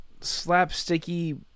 slapsticky